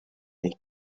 neck